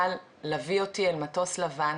אבל, לווי אותי אל מטוס לבן